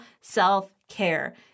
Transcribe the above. self-care